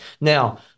Now